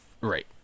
Right